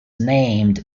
named